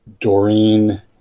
Doreen